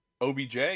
OBJ